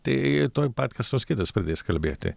tai tuoj pat kas nors kitas pradės kalbėti